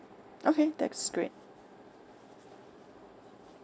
okay that's great